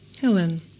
Helen